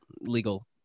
legal